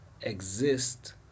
exist